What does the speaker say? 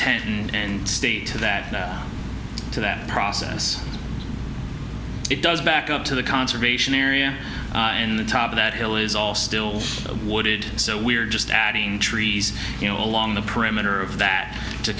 tent and stay to that to that process it does back up to the conservation area and the top of that hill is all still of wooded so we're just adding trees you know along the perimeter of that to